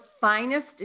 finest